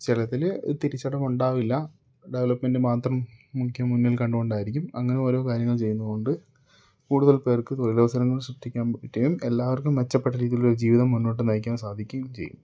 ചിലതിൽ തിരിച്ചടവുണ്ടാവില്ല ഡെവലപ്മെൻ്റ് മാത്രം മുഖ്യം മുന്നിൽ കണ്ടുകൊണ്ടായിരിക്കും അങ്ങനെ ഓരോ കാര്യങ്ങളും ചെയ്യുന്നതുകൊണ്ട് കൂടുതൽ പേർക്ക് തൊഴിലവസരങ്ങൾ ശ്രദ്ധിക്കാൻ പറ്റുകയും എല്ലാവർക്കും മെച്ചപ്പെട്ട രീതിയിലുള്ളൊരു ജീവിതം മുന്നോട്ട് നയിക്കാൻ സാധിക്കുകയും ചെയ്യും